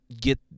get